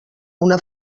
una